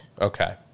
Okay